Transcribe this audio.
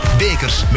Bekers